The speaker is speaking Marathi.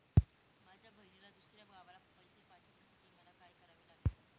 माझ्या बहिणीला दुसऱ्या गावाला पैसे पाठवण्यासाठी मला काय करावे लागेल?